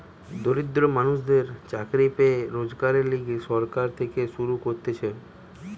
দরিদ্র মানুষদের চাকরি পেয়ে রোজগারের লিগে সরকার থেকে শুরু করতিছে